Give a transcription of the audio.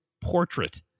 portrait